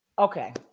okay